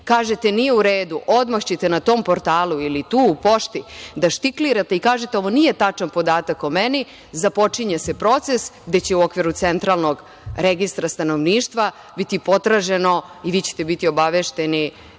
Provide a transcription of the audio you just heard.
kažete nije u redu, odmah ćete na tom portalu ili tu u pošti da štiklirate i kažete ovo nije tačan podatak o meni. Započinje se proces gde će u okviru centralnog registra stanovništva biti potraženo i vi ćete biti obavešteni